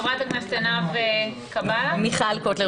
חברת הכנסת מיכל קוטלר